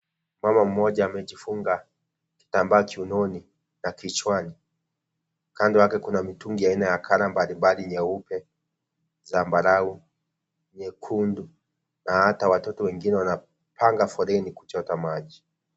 Mama mmoja amejifunga kitambaa kiunoni na kichwani kando yake kuna mitungi aina ya rangi mbalimbali nyeupe, zambarau, nyekundu na hata watoto wengine wanapanga foreni kuchota maji.